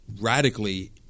radically